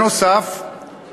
נוסף על כך,